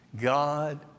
God